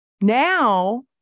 now